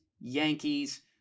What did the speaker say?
Yankees